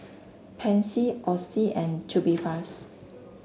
Pansy Oxy and Tubifast